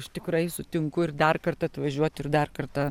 aš tikrai sutinku ir dar kartą atvažiuoti ir dar kartą